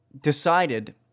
decided